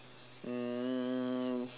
um